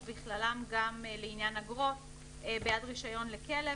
ובכללם גם לעניין אגרות בעד רישיון לכלב